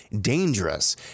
dangerous